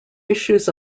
issues